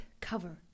cover